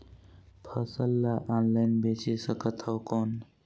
फसल ला ऑनलाइन बेचे सकथव कौन?